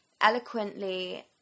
eloquently